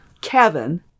Kevin